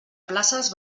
places